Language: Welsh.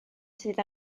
sydd